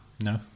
No